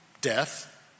death